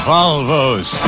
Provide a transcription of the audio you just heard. Volvos